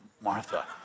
Martha